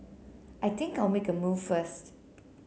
I think I'll make a move first